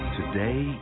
today